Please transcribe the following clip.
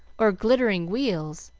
or glittering wheels,